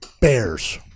Bears